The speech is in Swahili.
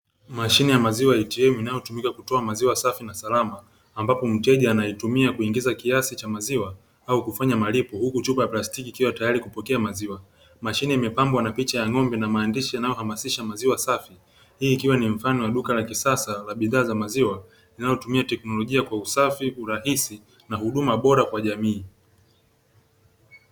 Mashine ya maziwa eitiemu inayotumika kutoa maziwa safi na salama, ambapo mteja anaitumia kuingiza kiasi cha maziwa au kufanya malipo huku chupa ya plastiki ikiwa tayari kupokea maziwa, mashine imepambwa na picha ya ng'ombe na maandishi yanayohamasisha maziwa safi hii ikiwa ni mfano wa duka la kisasa la bidhaa za maziwa, linalotumia teknolojia kwa usafi, urahisi na huduma bora kwa jamii.